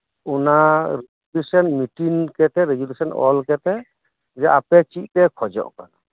ᱚᱱᱟ resolution meeting ᱠᱟᱛᱮ resolution ᱚᱞᱠᱟᱛᱮ ᱡᱮ ᱟᱯᱮ ᱪᱮᱫ ᱯᱮ ᱠᱷᱚᱡᱚᱜ ᱠᱟᱱᱟ